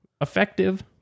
effective